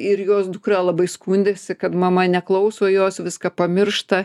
ir jos dukra labai skundėsi kad mama neklauso jos viską pamiršta